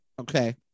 Okay